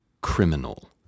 criminal